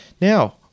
Now